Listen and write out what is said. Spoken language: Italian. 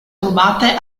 rubate